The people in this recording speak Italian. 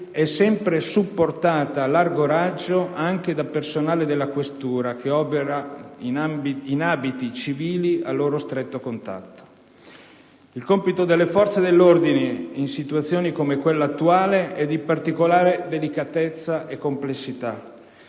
è sempre supportata, a largo raggio, anche da personale della questura che opera in abiti civili a loro stretto contatto. Il compito delle forze dell'ordine in situazioni come quella attuale è di particolare delicatezza e complessità: